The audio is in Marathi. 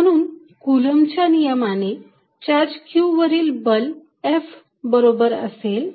म्हणून कूलम्बच्या नियमाने चार्ज q वरील बल F हे बरोबर असेल